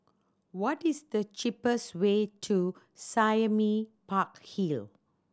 what is the cheapest way to Sime Park Hill